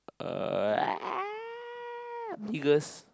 uh eh meagre's